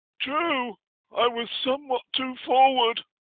true i was somewhat too forward.